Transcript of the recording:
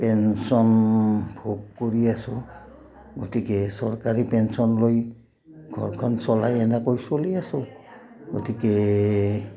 pension ভোগ কৰি আছোঁ গতিকে চৰকাৰী পেঞ্চন লৈ ঘৰখন চলাই এনেকৈ চলি আছোঁ গতিকে